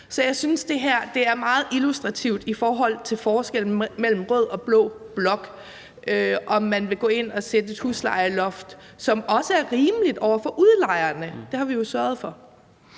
Så jeg synes, det her er meget illustrativt i forhold til forskellen mellem rød og blå blok, altså om man vil gå ind og sætte et huslejeloft, som også er rimeligt over for udlejerne – det har vi jo sørget for.